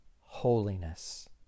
holiness